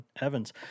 Evans